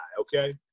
okay